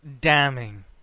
damning